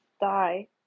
die